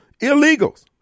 illegals